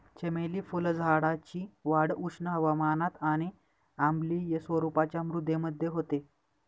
चमेली फुलझाडाची वाढ उष्ण हवामानात आणि आम्लीय स्वरूपाच्या मृदेमध्ये होते